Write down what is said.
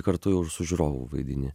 kartu su žiūrovu vaidini